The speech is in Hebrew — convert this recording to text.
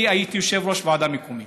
כי הייתי יושב-ראש ועדה מקומית.